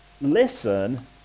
Listen